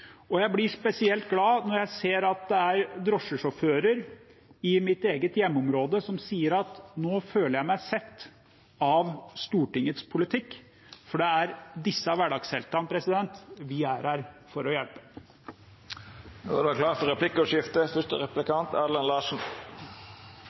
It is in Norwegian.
Jeg blir spesielt glad når jeg ser at drosjesjåfører i mitt eget hjemmeområde sier at de nå føler seg sett av Stortingets politikk – for det er disse hverdagsheltene vi er her for å hjelpe. Det vert replikkordskifte. Norge har store muligheter til å delta med teknologiutvikling og samferdselsforskning for